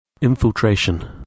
Infiltration